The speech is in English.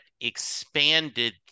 expanded